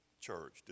church